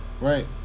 Right